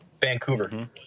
Vancouver